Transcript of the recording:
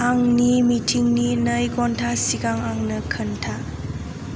आंनि मिटिंनि नै घन्टा सिगां आंनो खोन्था